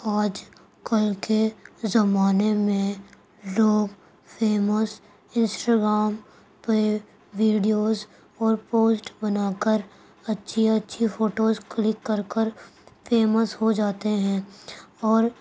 آج کل کے زمانے میں لوگ فیمس انسٹاگرام پہ ویڈیوز اور پوسٹ بنا کر اچھی اچھی فوٹوز کلک کر کر فیمس ہو جاتے ہیں اور